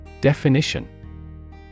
Definition